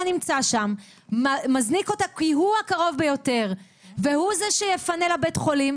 נמצא שם מזניק אותם כי הוא הקרוב ביותר והוא זה שיפנה לבית החולים,